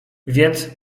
więc